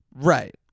Right